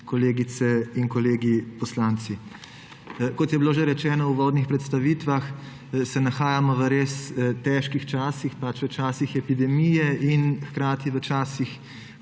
kolegice in kolegi poslanci! Kot je bilo že rečeno v uvodnih predstavitvah, se nahajamo v res težkih časih, v časih epidemije in hkrati v časih,